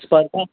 स्पर्धा